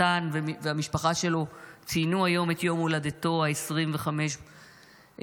מתן והמשפחה שלו ציינו היום את יום הולדתו ה-25 בשבי.